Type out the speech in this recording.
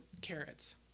carrots